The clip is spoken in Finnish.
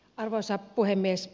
arvoisa puhemies